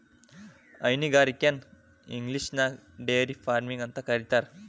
ಹೈನುಗಾರಿಕೆನ ಇಂಗ್ಲಿಷ್ನ್ಯಾಗ dairy farming ಅಂತ ಕರೇತಾರ